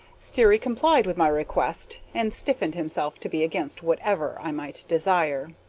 sterry complied with my request, and stiffened himself to be against whatever i might desire.